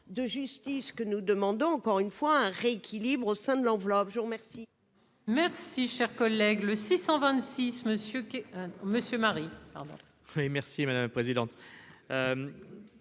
de justice que nous demandons, encore une fois un rééquilibre au sein de l'enveloppe, je vous remercie.